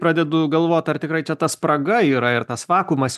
pradedu galvot ar tikrai čia ta spraga yra ir tas vakuumas